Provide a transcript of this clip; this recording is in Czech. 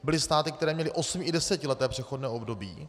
Byly státy, které měly osmi i desetileté přechodné období.